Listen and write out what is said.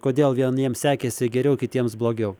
kodėl vieniem sekėsi geriau kitiems blogiau